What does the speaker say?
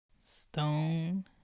stone